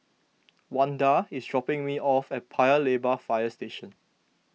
Wanda is dropping me off at Paya Lebar Fire Station